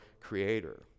Creator